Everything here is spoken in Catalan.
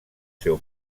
seu